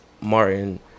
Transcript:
Martin